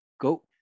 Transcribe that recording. go